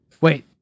Wait